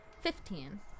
Fifteen